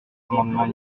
amendement